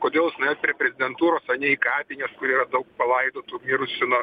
kodėl prie prezidentūros o ne į kapines kur yra daug palaidotų mirusių nuo